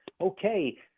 okay